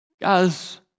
Guys